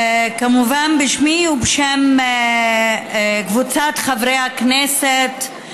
כמובן שבשמי ובשם קבוצת חברי הכנסת,